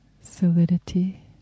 solidity